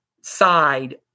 side